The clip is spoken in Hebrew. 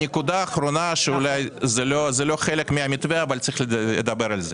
הנקודה האחרונה שאולי היא לא חלק מהמתווה אבל צריך לדבר עליה.